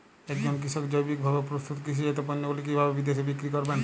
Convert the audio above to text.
একজন কৃষক জৈবিকভাবে প্রস্তুত কৃষিজাত পণ্যগুলি কিভাবে বিদেশে বিক্রি করবেন?